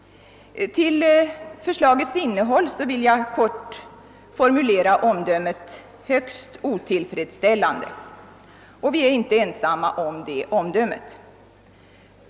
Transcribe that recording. Om förslagets innehåll vill jag kort formulera omdömet »högst otillfredsställande». Vi är inte ensamma om detta omdöme.